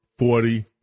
Forty